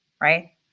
right